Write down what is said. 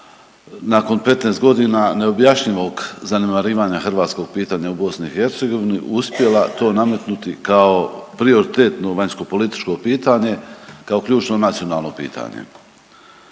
nakon 15 godina neobjašnjivog zanemarivanja hrvatskog pitanja u BiH uspjela to nametnuti kao prioritetno vanjsko političko pitanje kao ključno nacionalno pitanje.